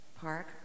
park